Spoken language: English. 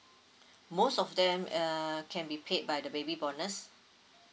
most of them err can be paid by the baby bonus